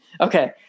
Okay